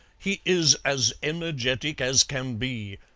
he is as energetic as can be,